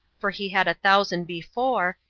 for he had a thousand before,